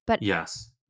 Yes